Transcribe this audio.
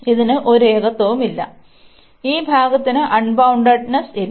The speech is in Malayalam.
ഇതിനു ഒരു ഏകത്വമില്ല ഈ ഭാഗതിനു അൺബൌൺണ്ടട്നെസ്സ് ഇല്ല